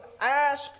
ask